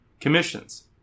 Commissions